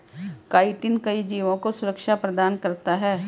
chitin कई जीवों को सुरक्षा प्रदान करता है